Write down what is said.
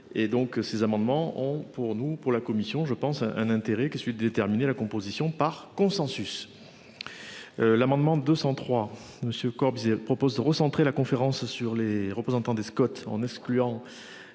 ces amendements ont pour nous pour la commission je pense un intérêt qui celui de déterminer la composition par consensus. L'amendement 203 monsieur Corbizet propose de recentrer la conférence sur les représentants des Scott en excluant